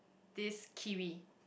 this kiwi